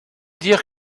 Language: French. dire